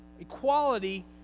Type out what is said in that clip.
equality